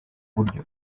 buryo